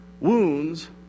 Wounds